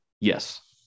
Yes